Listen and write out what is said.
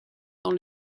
dans